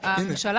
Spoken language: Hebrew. מוסיף.